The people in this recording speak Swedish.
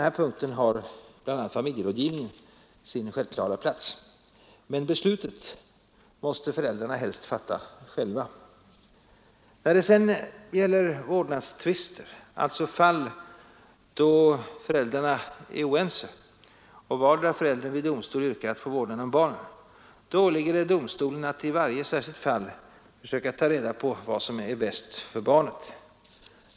Här har bl.a. familjerådgivningen sin självklara plats. Men beslutet måste föräldrarna fatta själva. När det sedan gäller vårdnadstvister, alltså fall då föräldrarna är oense och vardera föräldern vid domstol yrkar att få vårdnaden om barnen, åligger det domstolen att i varje särskilt fall utröna vad som är bäst för barnet.